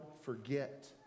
forget